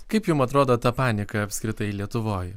kaip jum atrodo ta panika apskritai lietuvoj